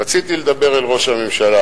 רציתי לדבר אל ראש הממשלה,